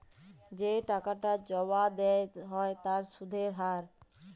যে টাকাটা জমা দেয়া হ্য় তার সুধের হার